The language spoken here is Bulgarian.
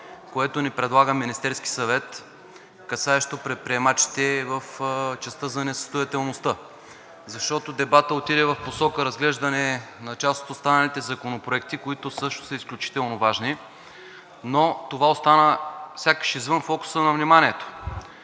което ни предлага Министерският съвет, касаещо предприемачите в частта за несъстоятелността. Защото дебатът отиде в посока разглеждане на част от останалите законопроекти, които всъщност са изключително важни, а това остана сякаш извън фокуса на вниманието.